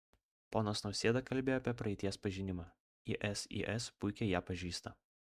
ponas nausėda kalbėjo apie praeities pažinimą isis puikiai ją pažįsta